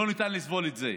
לא ניתן לסבול את זה.